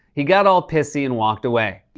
he got all pissy and walked away.